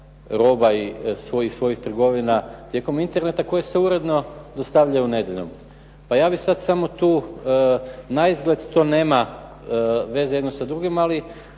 roba i svojih trgovina tijekom interneta koje se uredno dostavljaju nedjeljom. Pa ja bih sad samo tu, naizgled to nema veze jedno sa drugim ali